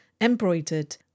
embroidered